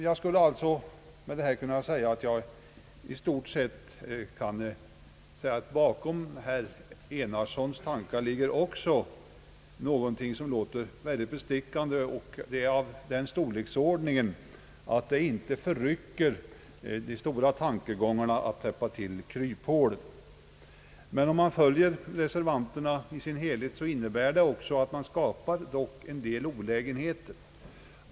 Jag skulle alltså med detta kunna säga, att bakom herr Enarssons tankar också ligger något som låter mycket bestickande och som är av den storleksordningen, att det inte förrycker huvudtanken i propositionen. Men om man följer reservanternas resonemang i dess helhet, innebär det också att man skapar en del olägenheter.